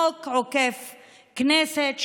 חוק עוקף כנסת,